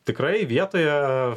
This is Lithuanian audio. tikrai vietoje